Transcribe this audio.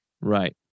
right